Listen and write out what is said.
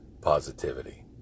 positivity